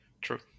True